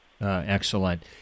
Excellent